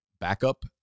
backup